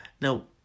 Now